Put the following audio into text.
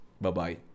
Bye-bye